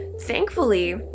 thankfully